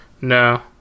No